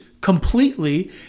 completely